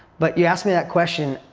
but you asked me that question.